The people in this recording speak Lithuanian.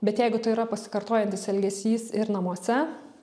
bet jeigu tai yra pasikartojantis elgesys ir namuose